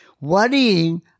Worrying